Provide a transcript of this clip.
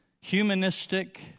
humanistic